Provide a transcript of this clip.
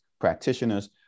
practitioners